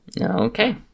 Okay